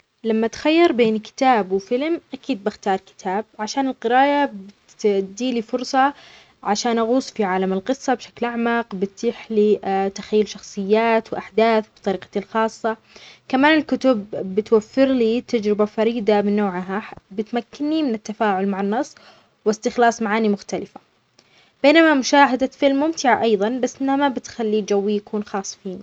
أفضل قراءة كتاب جيد. لأن الكتاب يسمح لي بالغوص في التفاصيل والخيال بشكل أعمق، وأنا أقدر أعيش الأحداث في ذهني وأخليها تنبض بالحياة. أما الفيلم، رغم أنه ممتع، لكنه يحدد لي الصورة ويأخذ وقتًا أقل في تقديم القصة مقارنة بالكتاب.